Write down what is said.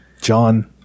John